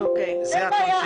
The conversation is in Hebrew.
אין בעיה.